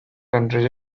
countries